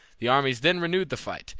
the armies then renewed the fight,